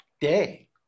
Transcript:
day